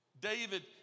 David